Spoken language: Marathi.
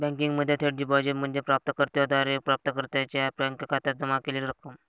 बँकिंगमध्ये थेट डिपॉझिट म्हणजे प्राप्त कर्त्याद्वारे प्राप्तकर्त्याच्या बँक खात्यात जमा केलेली रक्कम